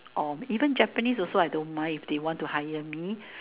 or even Japanese also I don't mind if they want to hire me